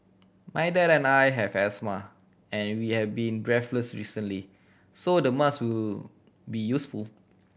my dad and I have asthma and we have been breathless recently so the mask will be useful